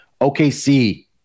OKC